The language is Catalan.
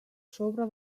sobre